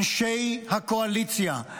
אנשי הקואליציה,